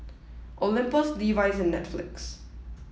Olympus Levi's and Netflix